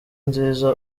nziza